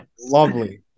Lovely